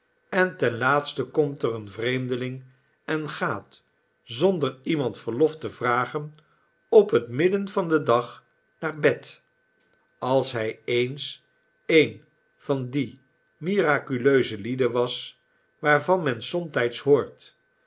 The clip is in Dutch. en ten laatste komt er een vreemdeling en gaat zonder iemand verlof te vragen op het midden van den dag naar bed als hij eens een van die miraculeuze lieden was waarvan men somtijds